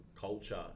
culture